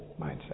mindset